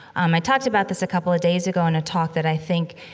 um i talked about this a couple of days ago in a talk that, i think,